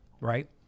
right